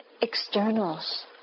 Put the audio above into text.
externals